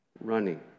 running